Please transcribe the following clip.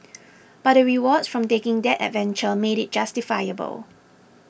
but the rewards from taking that adventure made it justifiable